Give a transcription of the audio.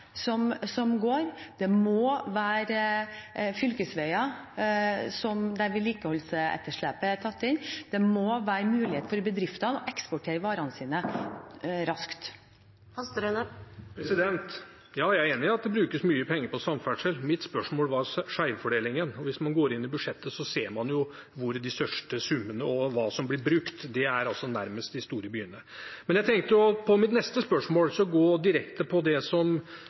som går. Det må være fylkesveier der vedlikeholdsetterslepet er tatt inn. Det må være mulig for bedriftene å eksportere varene sine raskt. Ja, jeg er enig i at det brukes mye penger på samferdsel. Mitt spørsmål gjaldt skjevfordelingen, og hvis man går inn i budsjettet, ser man jo hvor de største summene går, og hva som blir brukt. Det er nærmest de store byene. Jeg tenkte i mitt neste spørsmål å gå direkte på det som